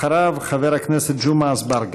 אחריו, חבר הכנסת ג'מעה אזברגה.